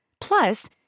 Plus